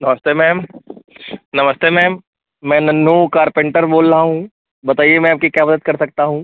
नमस्ते मैम नमस्ते मैम मैं नन्हु कारपेन्टर बोल रहा हूँ बताइए मैं आपकी क्या मदद कर सकता हूँ